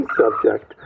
subject